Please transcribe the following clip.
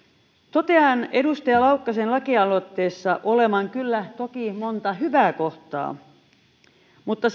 totean edustaja laukkasen lakialoitteessa olevan kyllä toki monta hyvää kohtaa mutta